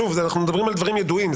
אז אנחנו מדברים על דברים ידועים,